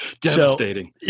Devastating